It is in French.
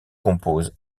compose